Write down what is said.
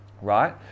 right